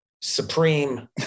supreme